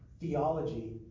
Theology